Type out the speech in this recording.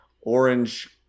orange